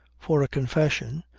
for a confession,